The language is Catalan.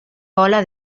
vola